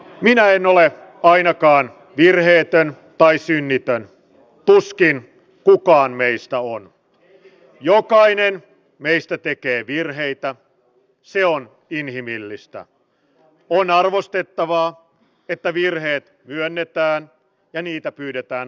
minä en ole ainakaan virheetön paitsi mitään tuskin poliisien määrä on suomessa varsin matalalla tasolla jo nykyään kun poliisien määrää vertailee eurooppalaisten vertailumaiden välillä